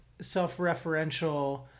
self-referential